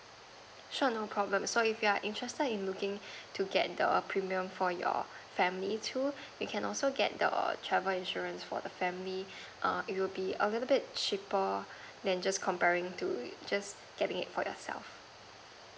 sure no problem so if you are interested in looking to get the premium for your family too you can also get the travel insurance for the family err it willl be a little bit cheaper than just comparing to just getting it for yourself